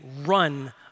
run